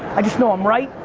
i just know i'm right,